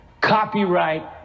Copyright